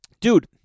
Dude